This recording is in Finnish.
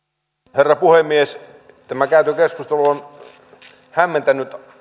herra puhemies tämä käyty keskustelu on hämmentänyt